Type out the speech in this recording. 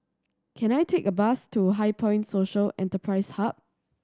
can I take a bus to HighPoint Social Enterprise Hub